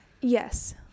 Yes